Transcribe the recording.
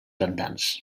cantants